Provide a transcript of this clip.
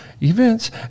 events